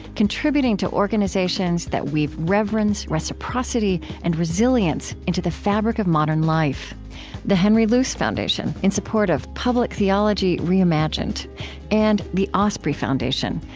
contributing to organizations that weave reverence, reciprocity, and resilience into the fabric of modern life the henry luce foundation, in support of public theology reimagined and, the osprey foundation,